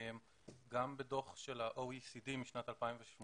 גם בדוח של ה-OECD משנת 2018